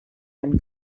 dan